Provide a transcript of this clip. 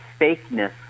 fakeness